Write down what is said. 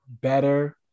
better